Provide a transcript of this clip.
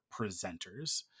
presenters